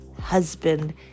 husband